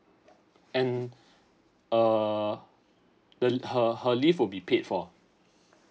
and uh really the her her leave will be paid for